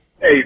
Hey